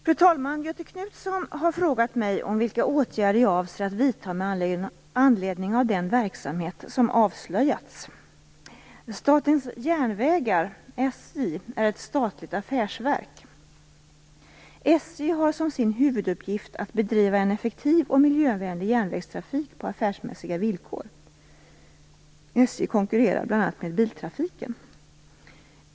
Fru talman! Göthe Knutson har frågat mig vilka åtgärder jag avser att vidta med anledning av den verksamhet som avslöjats. har som sin huvuduppgift att bedriva en effektiv och miljövänlig järnvägstrafik på affärsmässiga villkor. SJ konkurrerar bl.a. med biltrafiken.